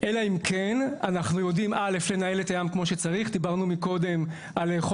אלא אם כן אנחנו יודעים קודם כל לנהל את הים כמו שצריך,